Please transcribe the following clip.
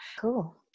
Cool